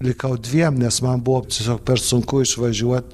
likau dviem nes man buvo tiesiog per sunku išvažiuot